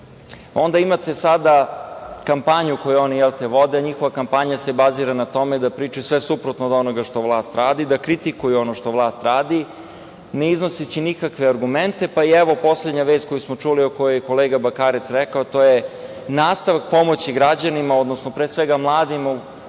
imate kampanju koju oni vode. Njihova kampanja se bazira na tome da pričaju sve suprotno od onoga što vlast radi, da kritikuju ono što vlast radi, ne iznoseći nikakve argumente. Evo, poslednja vest koju smo čuli, o kojoj je kolega Bakarec pričao, a to je - nastavak pomoći građanima, odnosno, pre svega mladima